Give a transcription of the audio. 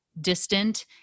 distant